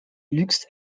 luxe